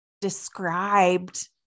described